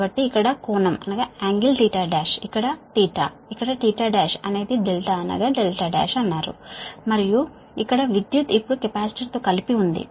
కాబట్టి ఇక్కడ కోణం 1 ఇక్కడ 1 అనేవి δ δ1 అన్నారు మరియు ఇక్కడ విద్యుత్ ఇప్పుడు కెపాసిటర్ తో కలిపి ఉంది